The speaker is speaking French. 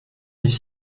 les